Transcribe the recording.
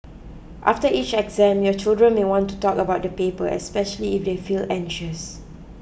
after each exam your children may want to talk about the paper especially if they feel anxious